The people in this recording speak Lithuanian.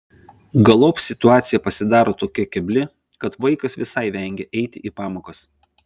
galop situacija pasidaro tokia kebli kad vaikas visai vengia eiti į pamokas